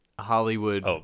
Hollywood